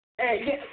Hey